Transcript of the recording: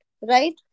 right